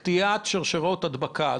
כלומר לקטיעת שרשראות ההדבקה.